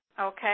okay